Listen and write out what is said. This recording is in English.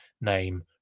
name